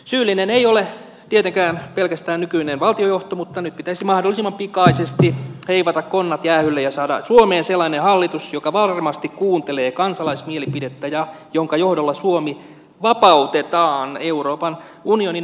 syyllinen ei ole tietenkään pelkästään nykyinen valtiojohto mutta nyt pitäisi mahdollisimman pikaisesti heivata konnat jäähylle ja saada suomeen sellainen hallitus joka varmasti kuuntelee kansalaismielipidettä ja jonka johdolla suomi vapautetaan euroopan unionin orjuudesta